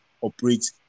operate